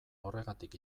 horregatik